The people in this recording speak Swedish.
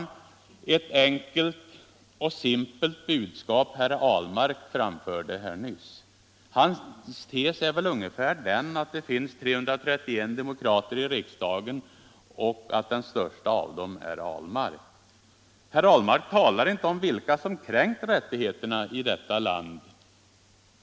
Det var ett enkelt och simpelt budskap herr Ahlmark framförde här nyss — hans tes är väl ungefär den, att det finns 331 demokrater i riksdagen och att den störste av dem är herr Ahlmark! Herr Ahlmark talar inte om vilka som kränkt rättigheterna i detta land.